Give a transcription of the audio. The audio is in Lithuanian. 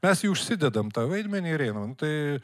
mes jį užsidedam tą vaidmenį ir einam nu tai